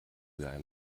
rührei